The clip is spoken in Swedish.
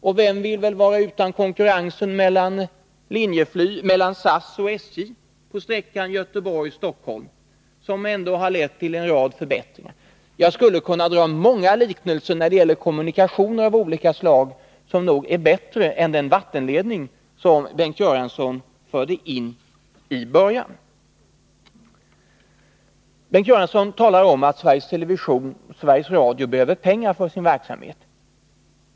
Och vem vill väl vara utan konkurrensen mellan SAS och SJ på sträckan Göteborg-Stockholm, som ändå har lett till en rad förbättringar? Jag skulle kunna dra många liknelser när det gäller kommunikationer av olika slag som nog är bättre än den vattenledning som Bengt Göransson förde in i början. Bengt Göransson nämnde att Sveriges Television och Sveriges Radio behöver pengar för sin verksamhet.